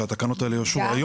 כשהתקנות האלו יאושרו.